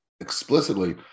explicitly